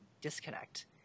disconnect